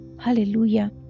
Hallelujah